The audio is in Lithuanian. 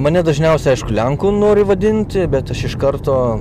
mane dažniausiai aišku lenku nori vadinti bet aš iš karto